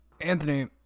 Anthony